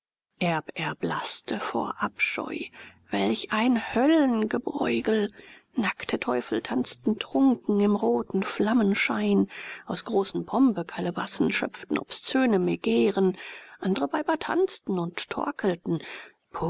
erblaßte vor abscheu welch ein höllenbreughel nackte teufel tanzten trunken im roten flammenschein aus großen pombekalebassen schöpften obszöne megären andere weiber tanzten und torkelten